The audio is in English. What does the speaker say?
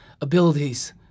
abilities